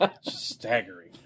Staggering